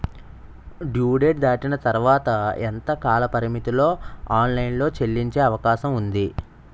Due date దాటిన తర్వాత ఎంత కాలపరిమితిలో ఆన్ లైన్ లో చెల్లించే అవకాశం వుంది?